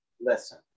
listen